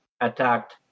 attacked